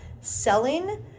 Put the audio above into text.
selling